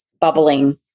bubbling